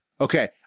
Okay